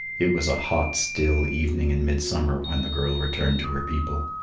it was a hot still evening in midsummer when the girl returned to her people.